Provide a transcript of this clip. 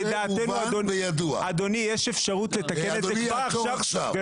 לדעתנו אדוני יש אפשרות לתקן את זה כבר עכשיו,